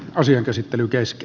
asian käsittely kesti